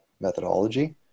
methodology